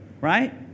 right